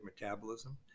metabolism